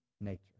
nature